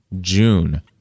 June